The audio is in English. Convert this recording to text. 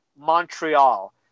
Montreal